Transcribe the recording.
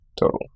total